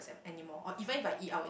anymore or even if I eat I would